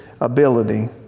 ability